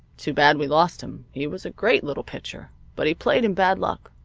too bad we lost him. he was a great little pitcher, but he played in bad luck.